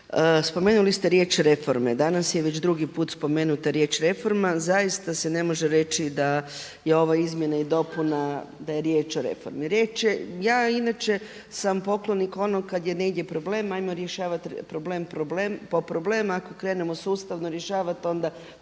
spomenuli ste riječ reforme. Danas je već drugi put spomenuta riječ reforma zaista se ne može reći da je ova izmjena i dopuna da je riječ o reformi. Ja inače sam poklonik onog kada je negdje problem, ajmo rješavat problem po problem, a ako krenemo sustavno rješavati pa onda